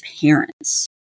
parents